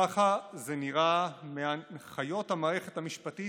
ככה זה נראה מהנחיות המערכת המשפטית